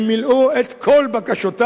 הם מילאו את כל בקשותי,